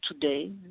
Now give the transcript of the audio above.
today